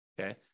Okay